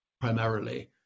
primarily